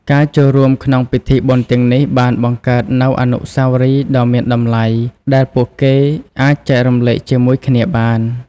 ការចូលរួមក្នុងពិធីបុណ្យទាំងនេះបានបង្កើតនូវអនុស្សាវរីយ៍ដ៏មានតម្លៃដែលពួកគេអាចចែករំលែកជាមួយគ្នាបាន។